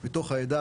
בתוך העדה,